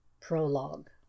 Prologue